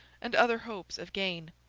and other hopes of gain.